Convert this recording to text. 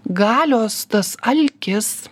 galios tas alkis